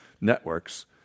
networks